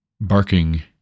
barking